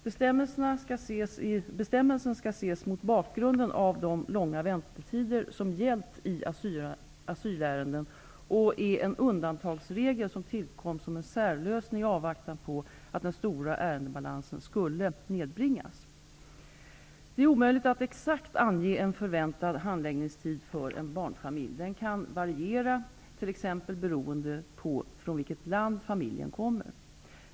Bestämmelsen skall ses mot bakgrund av de långa väntetider som gällt i asylärenden, och är en undantagsregel som tillkom som en särlösning i avvaktan på att den stora ärendebalansen skulle nedbringas. Det är omöjligt att exakt ange en förväntad handläggningstid för en barnfamilj. Den kan variera mycket t.ex. beroende på från vilket land familjen kommer.